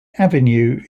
avenue